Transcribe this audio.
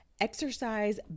exercise